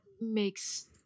makes